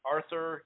Arthur